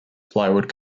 plywood